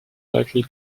likely